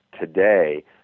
today